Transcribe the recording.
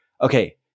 okay